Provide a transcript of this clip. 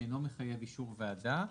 שאינו מחייב אישור ועדה.